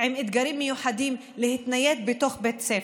עם אתגרים מיוחדים, להתנייד בתוך בית ספר.